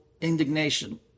indignation